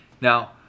now